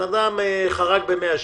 אדם חרג ב-100 שקל,